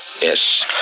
Yes